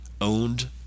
owned